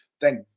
Thank